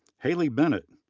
haley bennett,